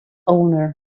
owner